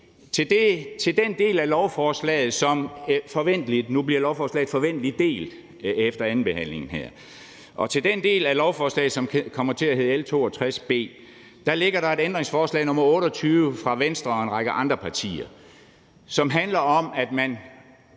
vi for SF's ændringsforslag. Nu bliver lovforslaget forventeligt delt efter andenbehandlingen her, og til den del af lovforslaget, som kommer til at hedde L 62 B, ligger der et ændringsforslag nr. 28 fra Venstre og en række andre partier, som handler om, at man